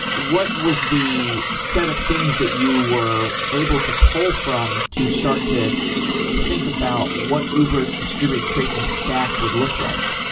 what was the set of things that you were able to pull from to start to think about what uber s distributed tracing stack would look like?